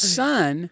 son